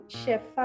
chef